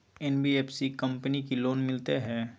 NBFC company की loan मिलते है?